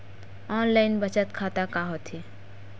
Online बचत खाता का होथे?